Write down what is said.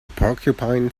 porcupine